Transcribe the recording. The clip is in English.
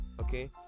okay